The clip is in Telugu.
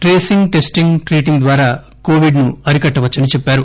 ట్రెసింగ్ టెస్టింగ్ ట్రీటింగ్ ద్యారా కోవిడ్ను అరికట్టవచ్చని చెప్పారు